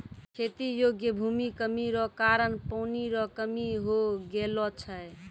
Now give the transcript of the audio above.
खेती योग्य भूमि कमी रो कारण पानी रो कमी हो गेलौ छै